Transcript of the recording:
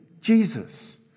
Jesus